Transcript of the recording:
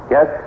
Yes